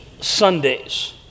Sundays